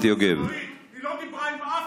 אפשר,